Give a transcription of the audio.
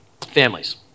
Families